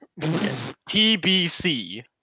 TBC